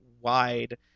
wide